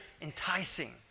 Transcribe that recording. enticing